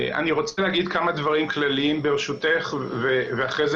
אני רוצה להגיד כמה דברים כלליים ברשותך ואחרי זה